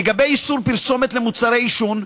לגבי איסור פרסומת למוצרי עישון,